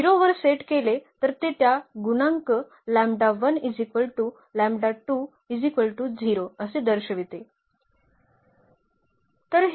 0 वर सेट केले तर ते त्या गुणांक असे दर्शविते